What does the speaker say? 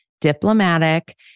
diplomatic